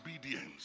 obedience